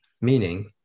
meaning